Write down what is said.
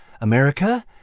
America